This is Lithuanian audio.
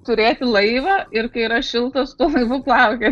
turėti laivą ir kai yra šilta su tuo laivu plaukioti